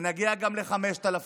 ונגיע גם ל-5,000.